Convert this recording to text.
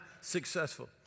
successful